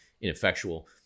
ineffectual